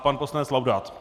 Pan poslanec Laudát.